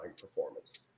performance